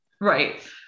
right